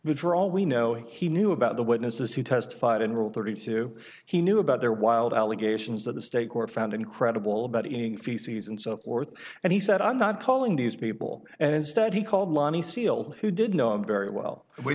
it for all we know he knew about the witnesses who testified in rule thirty two he knew about their wild allegations that the state court found incredible about eating feces and so forth and he said i'm not calling these people and instead he called loni seal who did know him very well